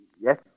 Yes